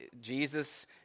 Jesus